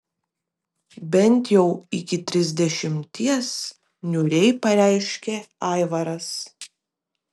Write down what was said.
bent jau iki trisdešimties niūriai pareiškė aivaras